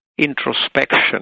introspection